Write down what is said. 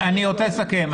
אני מעריכה את זה מאוד.